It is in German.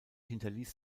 hinterließ